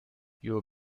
your